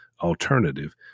alternative